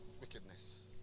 wickedness